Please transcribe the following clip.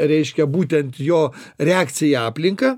reiškia būtent jo reakcija į aplinką